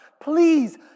please